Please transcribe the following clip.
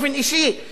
אדוני היושב-ראש?